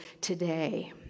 today